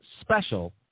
special